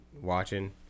watching